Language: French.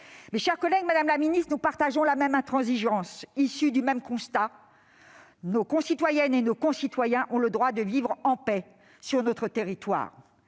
Mes chers collègues, madame la ministre, nous partageons la même intransigeance issue du même constat : nos concitoyennes et nos concitoyens ont le droit de vivre en paix sur notre territoire.